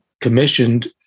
commissioned